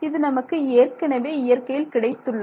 இது நமக்கு ஏற்கனவே இயற்கையில் கிடைத்துள்ளது